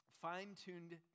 fine-tuned